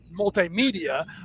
multimedia